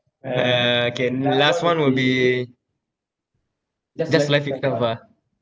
uh K the last one will be just life itself ah